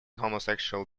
homosexual